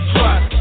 Trust